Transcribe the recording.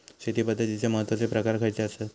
शेती पद्धतीचे महत्वाचे प्रकार खयचे आसत?